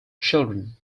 children